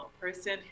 person